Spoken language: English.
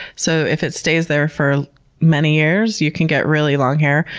so, if it stays there for many years, you can get really long hair.